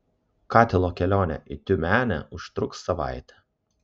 katilo kelionė į tiumenę užtruks savaitę